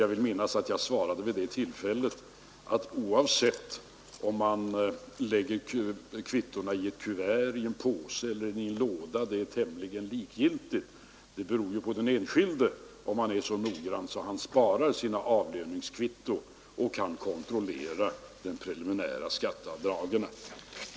Jag vill minnas att jag svarade vid det tillfället att oavsett om man lägger kvittona i ett kuvert, i en påse eller i en låda, så beror det på den enskilde om han är så noggrann att han sparar sina avlöningskvitton och kan kontrollera de prelimära skatteavdragen.